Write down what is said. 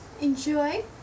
enjoy